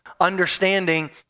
understanding